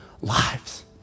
lives